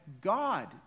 God